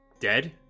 dead